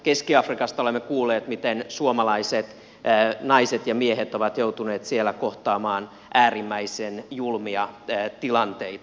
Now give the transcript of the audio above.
keski afrikasta olemme kuulleet miten suomalaiset naiset ja miehet ovat joutuneet siellä kohtaamaan äärimmäisen julmia tilanteita